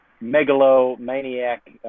megalomaniac